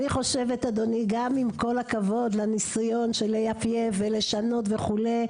אני חושבת גם עם כל הכבוד לניסיון של ליפייף ולשנות וכו',